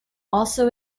also